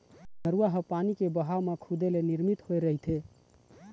नरूवा ह पानी के बहाव म खुदे ले निरमित होए रहिथे